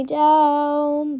down